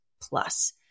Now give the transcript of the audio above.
plus